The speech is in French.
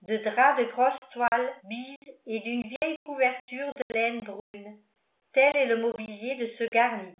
de draps de grosse toile bise et d'une vieille couverture de laine brune tel est le mobilier de ce garni